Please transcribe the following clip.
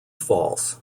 false